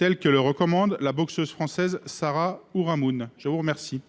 ainsi que le recommande la boxeuse française Sarah Ourahmoune. Quel